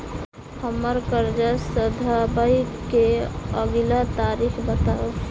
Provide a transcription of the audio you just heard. हम्मर कर्जा सधाबई केँ अगिला तारीख बताऊ?